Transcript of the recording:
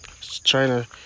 China